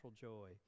joy